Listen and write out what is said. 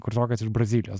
kursiokas iš brazilijos